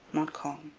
montcalm